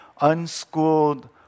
unschooled